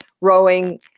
rowing